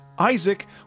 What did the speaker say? Isaac